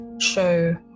show